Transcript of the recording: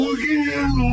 again